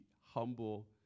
humble